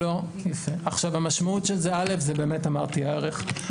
המשמעות היא קודם כל ערכית,